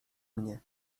mnie